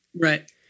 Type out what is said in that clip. Right